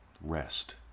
rest